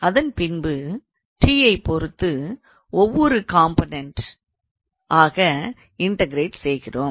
அதன் பின்பு t ஐ பொறுத்து ஒவ்வொரு காம்போனெண்ட்டாக இன்டகரேட் செய்கிறோம்